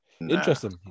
Interesting